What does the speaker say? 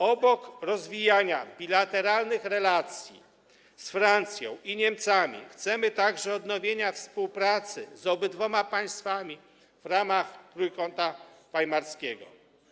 Obok rozwijania bilateralnych relacji z Francją i Niemcami chcemy także odnowienia współpracy z obydwoma państwami w ramach Trójkąta Weimarskiego.